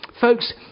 Folks